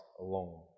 alone